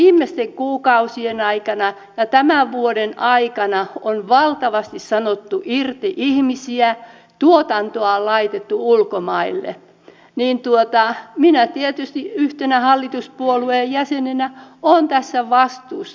kun tässä viimeisten kuukausien aikana ja tämän vuoden aikana on valtavasti sanottu irti ihmisiä tuotantoa on laitettu ulkomaille niin minä tietysti yhtenä hallituspuolueen jäsenenä olen tästä vastuussa